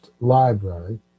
Library